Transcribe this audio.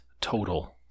total